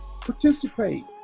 participate